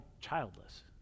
childless